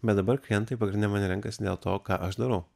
bet dabar klientai pagrinde mane renkasi dėl to ką aš darau